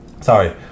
Sorry